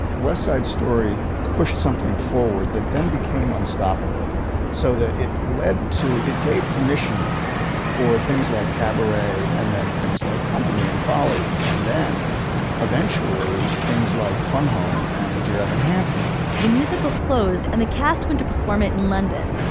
west side story pushed something forward that then became unstoppable so that it led to it gave permission for things like cabaret and then things like company and follies and then eventually things like fun home and dear evan hansen the musical closed and the cast went to perform it in london